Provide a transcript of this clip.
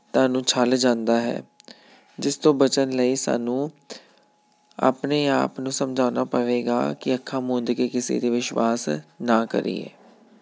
ਤੁਹਾਨੂੰ ਛੱਲ ਜਾਂਦਾ ਹੈ ਜਿਸ ਤੋਂ ਬਚਣ ਲਈ ਸਾਨੂੰ ਆਪਣੇ ਆਪ ਨੂੰ ਸਮਝਾਉਣਾ ਪਵੇਗਾ ਕਿ ਅੱਖਾਂ ਮੁੰਦ ਕੇ ਕਿਸੇ 'ਤੇ ਵਿਸ਼ਵਾਸ ਨਾ ਕਰੀਏ